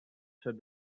said